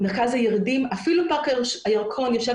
מרכז הירידים ואפילו את פארק הירקון שיושב